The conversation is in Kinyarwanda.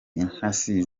intasi